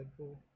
Deadpool